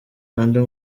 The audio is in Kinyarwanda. rwanda